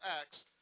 Acts